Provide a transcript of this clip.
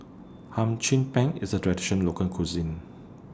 Hum Chim Peng IS A Traditional Local Cuisine